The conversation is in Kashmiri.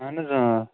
اَہن حظ